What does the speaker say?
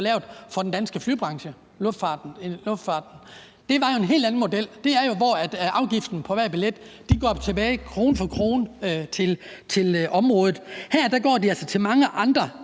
lavet for den danske flybranche, for luftfarten. Det var jo en helt anden model, hvor afgiften på hver billet går tilbage krone for krone til området. Her går de altså til mange andre